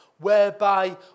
whereby